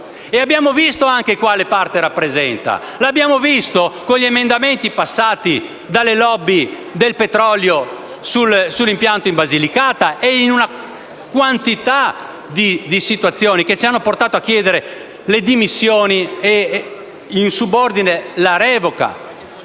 abbiamo visto anche quale parte rappresenta: lo abbiamo visto con gli emendamenti passati dalle *lobby* del petrolio sull'impianto in Basilicata e in una quantità di situazioni che ci hanno portato a chiedere le dimissioni e, in subordine, la revoca